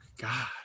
god